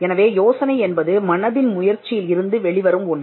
எனவே யோசனை என்பது மனதின் முயற்சியில் இருந்து வெளிவரும் ஒன்று